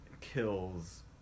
kills